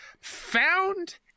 found